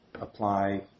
apply